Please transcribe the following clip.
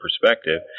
perspective